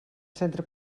centre